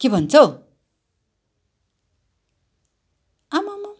के भन्छ हौ आमामाम